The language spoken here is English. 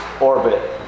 orbit